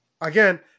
again